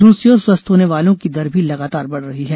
दूसरी ओर स्वस्थ होने वालों की दर भी लगातार बढ़ रही है